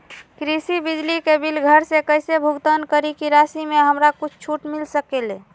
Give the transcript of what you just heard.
कृषि बिजली के बिल घर से कईसे भुगतान करी की राशि मे हमरा कुछ छूट मिल सकेले?